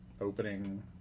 opening